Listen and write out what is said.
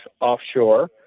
offshore